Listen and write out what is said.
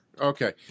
Okay